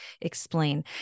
explain